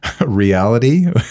reality